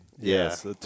Yes